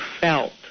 felt